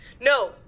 No